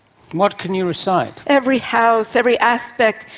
what can you recite? every house, every aspect,